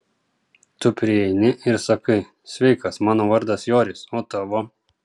tu prieini ir sakai sveikas mano vardas joris o tavo